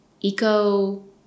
eco